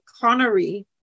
Connery